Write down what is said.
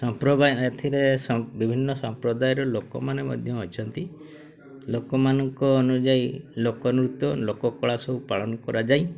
ସମ୍ପ୍ରଦାୟ ଏଥିରେ ବିଭିନ୍ନ ସମ୍ପ୍ରଦାୟର ଲୋକମାନେ ମଧ୍ୟ ଅଛନ୍ତି ଲୋକମାନଙ୍କ ଅନୁଯାୟୀ ଲୋକନୃତ୍ୟ ଲୋକ କଳା ସବୁ ପାଳନ କରାଯାଇ